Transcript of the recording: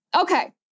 okay